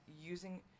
using